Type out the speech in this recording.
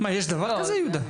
יש דבר כזה, יהודה?